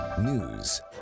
News